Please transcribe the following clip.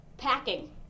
Packing